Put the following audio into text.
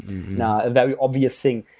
a very obvious thing.